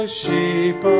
sheep